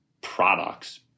products